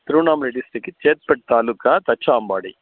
திருவண்ணாமலை டிஸ்ட்ரிக்கு சேத்பட் தாலுக்கா தச்சாம்பாடி